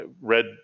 read